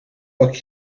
pak